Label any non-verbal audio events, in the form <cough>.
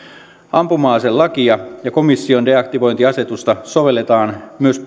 ampuma aselakia ja komission deaktivointiasetusta sovelletaan myös <unintelligible>